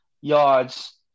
yards